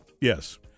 Yes